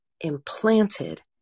implanted